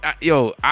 yo